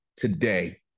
Today